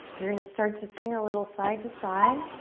you're gonna start to swing a little side to side